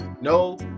no